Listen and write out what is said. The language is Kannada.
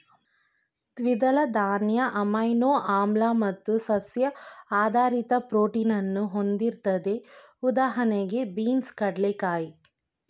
ದ್ವಿದಳ ಧಾನ್ಯ ಅಮೈನೋ ಆಮ್ಲ ಮತ್ತು ಸಸ್ಯ ಆಧಾರಿತ ಪ್ರೋಟೀನನ್ನು ಹೊಂದಿರ್ತದೆ ಉದಾಹಣೆಗೆ ಬೀನ್ಸ್ ಕಡ್ಲೆಕಾಯಿ